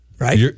Right